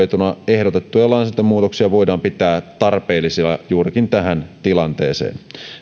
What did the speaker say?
ehdotettuja lainsäädäntömuutoksia voidaan pitää tarpeellisina juurikin tähän tilanteeseen